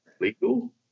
legal